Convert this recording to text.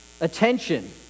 attention